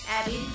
Abby